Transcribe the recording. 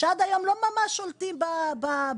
שעד היום לא ממש שולטים בדיגיטל.